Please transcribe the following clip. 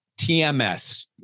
TMS